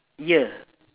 year